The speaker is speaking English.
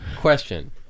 question